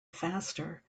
faster